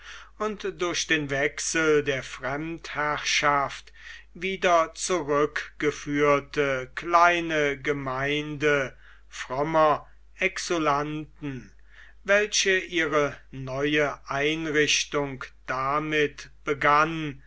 und durch den wechsel der fremdherrschaft wieder zurückgeführte kleine gemeinde frommer exulanten welche ihre neue einrichtung damit begann